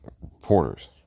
reporters